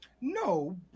No